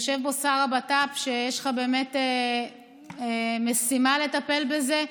יושב פה שר הבט"פ, יש לך באמת משימה לטפל בזה.